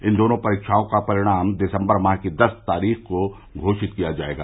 इन दोनों परीक्षाओं का परिणम दिसम्बर माह की दस तारीख़ को घोषित किया जायेगा